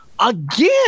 again